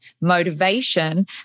motivation